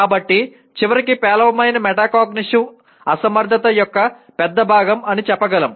కాబట్టి చివరికి పేలవమైన మెటాకాగ్నిషన్ అసమర్థత యొక్క పెద్ద భాగం అని చెప్పగలం